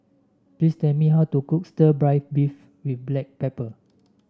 please tell me how to cook Stir Fried Beef with Black Pepper